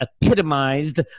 epitomized